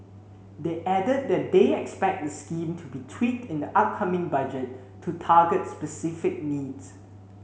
they added that they expect the scheme to be tweaked in the upcoming Budget to target specific needs